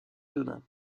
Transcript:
dona